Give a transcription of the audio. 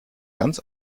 ganz